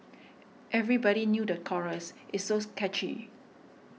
everybody knew the chorus it's so catchy